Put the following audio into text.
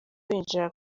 binjira